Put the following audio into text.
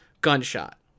Gunshot